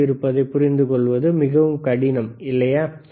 க்குள் இருப்பதைப் புரிந்துகொள்வது மிகவும் கடினம் இல்லையா